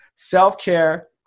self-care